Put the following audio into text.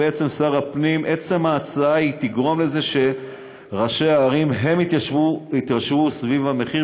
עצם ההצעה תגרום לזה שראשי הערים יתיישרו סביב המחיר,